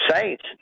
Saints